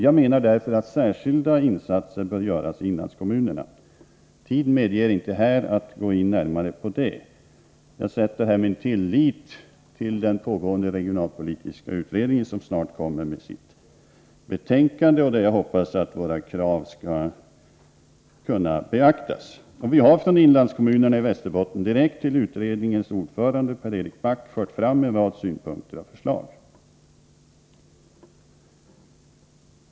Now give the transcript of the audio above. Jag menar därför att särskilda insatser bör göras i inlandskommunerna. Tiden medger inte att jag nu går närmare in på det. Jag sätter här min tillit till den pågående regionalpolitiska utredningen, som snart kommer med sitt betänkande. Jag hoppas att våra krav då skall kunna beaktas. Vi har från inlandskommunerna i Västerbotten också direkt till utredningens ordförande, Pär-Erik Back, fört fram en rad synpunkter och förslag.